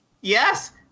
yes